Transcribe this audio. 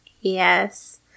Yes